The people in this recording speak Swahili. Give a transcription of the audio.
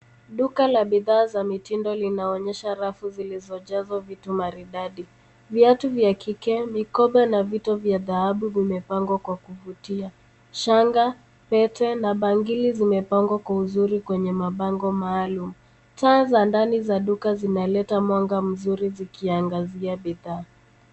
Duka la bidhaa za mitindo linaonyesha rafu zilizojazwa vitu maridadi. Viatu vya kike, mikoba na vito vya dhahabu vimepangwa kwa kuvutia. Shanga, pete na bangili zimepangwa kwa uzuri kwenye mabango maalumu. Taa za ndani za duka zinaleta mwanga mzuri zikiangazia bidhaa.